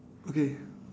okay